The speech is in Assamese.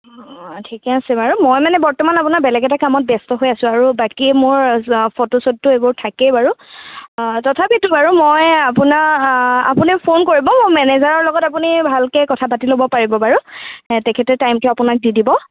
অঁ অঁ ঠিকে আছে বাৰু মই মানে বৰ্তমান আপোনাৰ বেলেগ এটা কামত ব্যস্ত হৈ আছোঁ আৰু বাকী মোৰ ফটো ছটো এইবোৰ থাকেই বাৰু তথাপিটো বাৰু মই আপোনা আপুনি ফোন কৰিব মোৰ মেনেজাৰৰ লগত আপুনি ভালকে কথা পাতি ল'ব পাৰিব বাৰু তেখেতে টাইমটো আপোনাক দি দিব